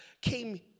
came